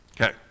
Okay